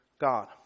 God